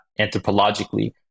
anthropologically